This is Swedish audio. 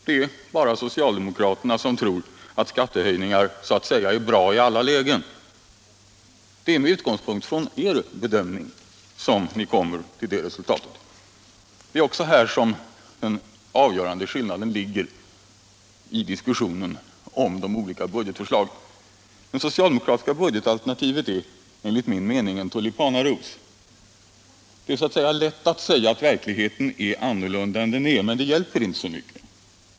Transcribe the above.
Det är bara socialdemokraterna som tror att skattehöjningar så att säga är bra i alla lägen. Det är med utgångspunkt i er bedömning som ni kommer till det resultatet. Det är också här som den avgörande skillnaden ligger i diskussionen om de olika budgetförslagen. Det socialdemokratiska budgetalternativet är enligt min mening en tulipanaros — det är lätt att säga att verkligheten är en annan än den är, men det hjälper inte så mycket.